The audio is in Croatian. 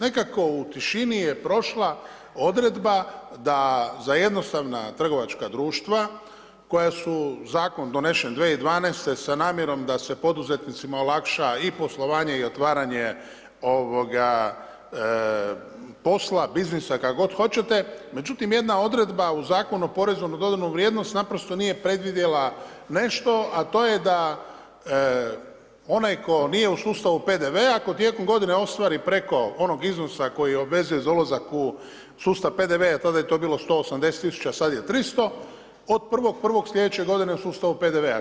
Nekako u tišini je prošla odredba, da za jednostavna trgovačka društva, koja su zakon donesen 2012. s namjerom da se poduzetnicima olakša i poslovanje i otvaranje posla, biznisa, kako god hoćete, međutim, jedna odredba u zakonu o porezu na dodanu vrijednost, naprosto nije predvidjela nešto a to je da onaj tko nije u sustavu PDV, ko tijekom g. ostvari preko onog iznosa koji obvezuje za ulazak u sustav PDV, a tada je to bilo 180 tisuća sada je tristo, od 1.1. sljedeće g. u sustavu PDV-a.